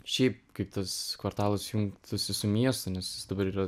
šiaip kaip tas kvartalas jungtųsi su miestu nes dabar yra